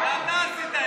זה אתה עשית את זה.